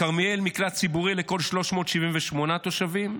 בכרמיאל מקלט ציבורי לכל 378 תושבים,